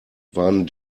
waren